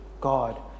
God